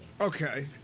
Okay